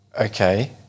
Okay